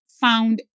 found